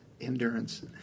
Endurance